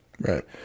Right